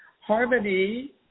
Harmony